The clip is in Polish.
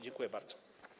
Dziękuję bardzo.